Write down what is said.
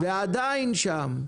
ועדיין שם.